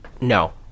No